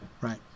right